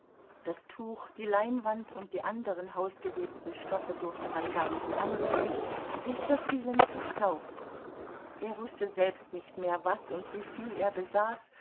das tuch die leinwand und die anderen hausgewebten stoffe durfte man gar nicht anrühren sie zerfielen zu staub er wußte selbst nicht mehr was und wieviel er besaß